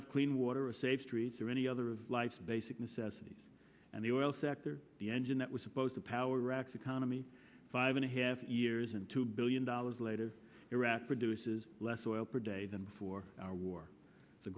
have clean water or safe streets or any other of life's basic necessities and the oil sector the engine that was supposed to power wrecks economy five and a half years and two billion dollars later iraq produces less oil per day than before our war